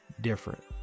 different